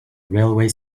railway